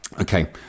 Okay